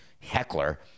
heckler